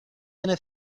gonna